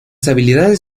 habilidades